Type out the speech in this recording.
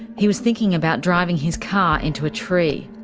he was thinking about driving his car into a tree.